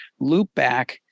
Loopback